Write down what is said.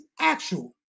actual